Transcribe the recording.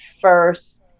first